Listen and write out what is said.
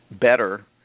better